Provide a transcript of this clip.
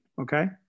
okay